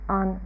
on